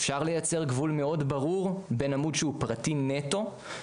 אפשר לייצר גבול מאוד ברור בין עמוד שהוא פרטי נטו,